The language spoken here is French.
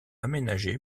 aménagé